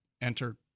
enter